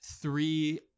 three